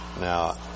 Now